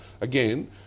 Again